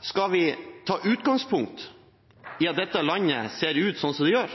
Skal vi ta utgangspunkt i at dette landet ser ut som det gjør,